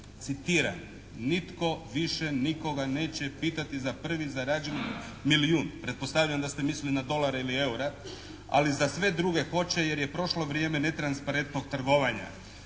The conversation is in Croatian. citiram: "Nitko više nikoga neće pitati za prvi zarađeni milijun". Pretpostavljam da ste mislili na dolare ili eure, ali za sve druge hoće jer je prošlo vrijeme netransparentnog trgovanja.